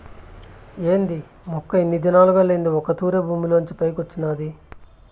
ఏంది మొక్క ఇన్ని దినాలుగా లేంది ఒక్క తూరె భూమిలోంచి పైకొచ్చినాది